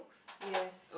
yes